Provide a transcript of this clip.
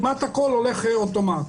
כמעט הכל הולך אוטומט.